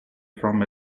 from